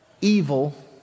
evil